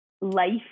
life